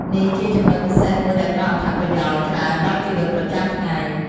នេះជាចំណុចពិសេសមួយដែលផ្តល់អត្ថប្រយោជន៍ច្រើនដល់ជីវិតប្រចាំថ្ងៃ ។